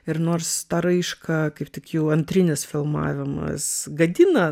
ir nors tą raišką kaip tik jau antrinis filmavimas gadina